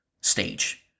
stage